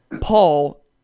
Paul